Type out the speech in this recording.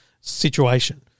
situation